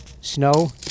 snow